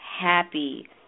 happy